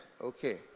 Okay